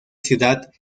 ciudad